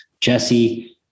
Jesse